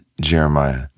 Jeremiah